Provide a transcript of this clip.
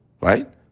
right